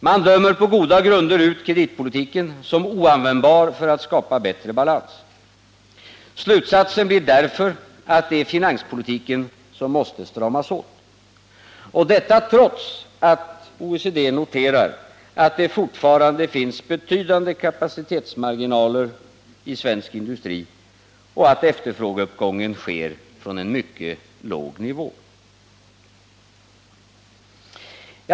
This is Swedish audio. Man dömer på goda grunder ut kreditpolitiken som oanvändbar för att skapa bättre balans. Slutsatsen blir därför att det är finanspolitiken som måste stramas åt, och detta trots att OECD noterar att det fortfarande finns betydande kapacitetsmarginaler i svensk industri och att efterfrågeuppgången sker från en mycket låg nivå.